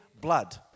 blood